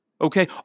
Okay